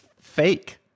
fake